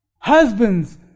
Husbands